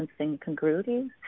incongruities